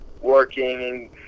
working